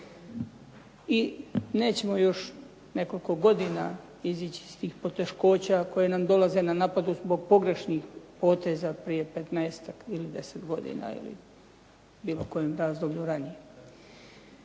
I nećemo još nekoliko godina izići iz tih poteškoća koje nam dolaze na naplatu zbog pogrešnih poteza prije petnaestak ili deset godina, ili u bilo kojem razdoblju ranije.